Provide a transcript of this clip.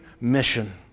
mission